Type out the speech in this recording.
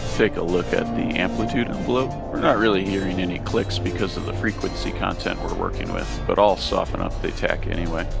take a look at the amplitude envelope we're not really hearing any clicks because of the frequency content we're working with, but i'll soften up the attack anyway.